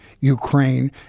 Ukraine